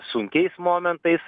sunkiais momentais